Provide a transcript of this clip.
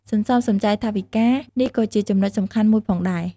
សន្សំសំចៃថវិកា: នេះក៏ជាចំណុចសំខាន់មួយផងដែរ។